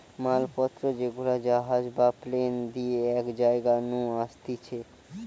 মাল পত্র যেগুলা জাহাজ বা প্লেন দিয়ে এক জায়গা নু আসতিছে